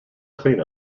clean